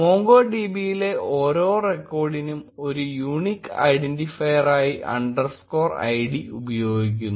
MongoDB യിലെ ഓരോ റെക്കോർഡിനും ഒരു യൂണിക് ഐഡന്റിഫയറായി അണ്ടർസ്കോർ ഐഡി ഉപയോഗിക്കുന്നു